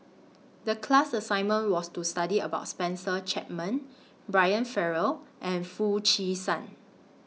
The class assignment was to study about Spencer Chapman Brian Farrell and Foo Chee San